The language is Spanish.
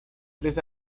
tres